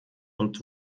und